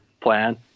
plan